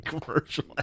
commercial